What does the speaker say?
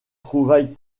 trouvailles